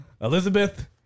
Elizabeth